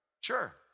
Sure